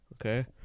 okay